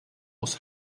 was